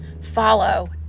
follow